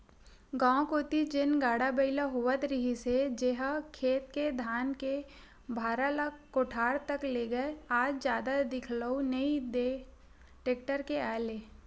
गाँव कोती जेन गाड़ा बइला होवत रिहिस हे जेनहा खेत ले धान के भारा ल कोठार तक लेगय आज जादा दिखउल नइ देय टेक्टर के आय ले